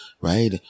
Right